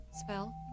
spell